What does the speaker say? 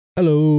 Hello